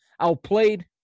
outplayed